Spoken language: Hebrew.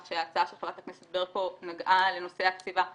שההצעה של חברת הכנסת ברקו נגעה לנושא הקציבה.